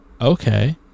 Okay